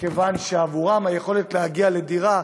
מכיוון שעבורם היכולת להגיע לדירה,